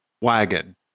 wagon